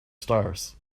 stars